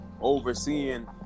overseeing